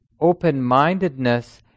open-mindedness